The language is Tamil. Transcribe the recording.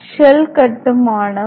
ஷெல் கட்டுமானம்